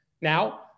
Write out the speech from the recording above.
Now